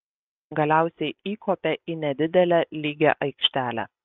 galiausiai įkopė į nedidelę lygią aikštelę